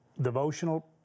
devotional